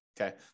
Okay